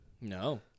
No